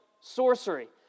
sorcery